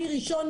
מי ראשון,